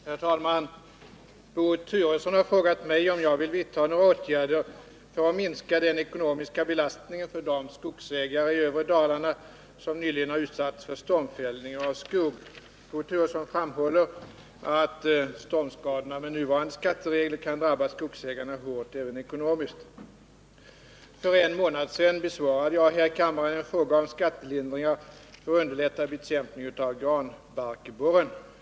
Herr talman! Bo Turesson har frågat mig om jag vill vidtaga några åtgärder för att minska den ekonomiska belastningen för de skogsägare i övre Dalarna som nyligen har utsatts för stormfällning av skog. Bo Turesson framhåller att stormskadorna med nuvarande skatteregler kan drabba skogsägarna hårt även ekonomiskt. För en månad sedan besvarade jag här i kammaren en fråga om skattelindringar för att underlätta bekämpningen av granbarkborren.